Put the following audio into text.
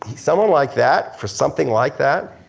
someone like that for something like that,